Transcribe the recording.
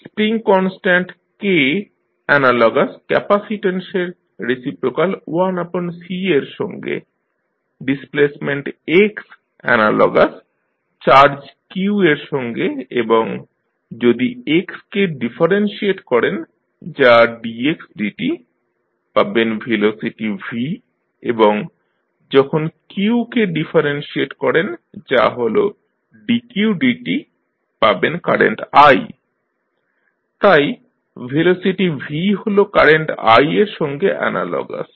spring constant K analogous capacitance এর reciprocal 1C এর সঙ্গে displacement x analogous charge q এর সঙ্গে এবং যদি x কে ডিফারেনশিয়েট করেন যা dxdt পাবেন ভেলোসিটি v এবং যখন q কে ডিফারেনশিয়েট করেন যা হল dqdt পাবেন কারেন্ট i তাই ভেলোসিটি v হল কারেন্ট i এর সঙ্গে অ্যানালগাস